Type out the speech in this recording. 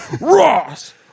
Ross